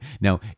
Now